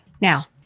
Now